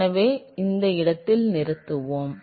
எனவே இந்த இடத்தில் நிறுத்துவோம்